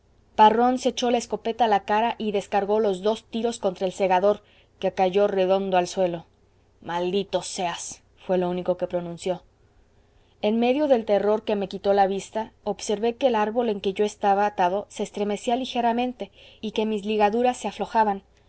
parrón se echó la escopeta a la cara y descargó los dos tiros contra el segador que cayó redondo al suelo maldito seas fué lo único que pronunció en medio del terror que me quitó la vista observé que el árbol en que yo estaba atado se estremecía ligeramente y que mis ligaduras se aflojaban